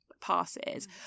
passes